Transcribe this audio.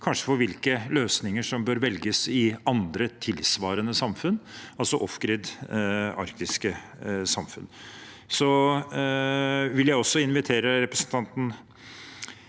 kan skje, for hvilke løsninger som bør velges i andre tilsvarende samfunn, altså «off-grid» arktiske samfunn. Jeg vil også invitere representanten